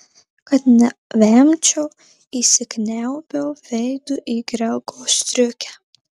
kad nevemčiau įsikniaubiau veidu į grego striukę